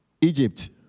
Egypt